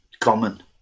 common